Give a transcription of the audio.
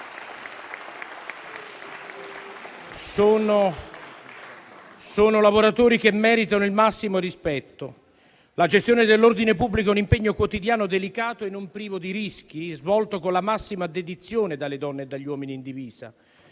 solo lavoratori che meritano il massimo rispetto. La gestione dell'ordine pubblico è un impegno quotidiano, delicato e non privo di rischi, svolto con la massima dedizione dalle donne e dagli uomini in divisa.